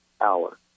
hour